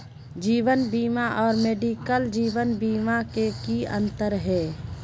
जीवन बीमा और मेडिकल जीवन बीमा में की अंतर है?